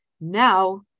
Now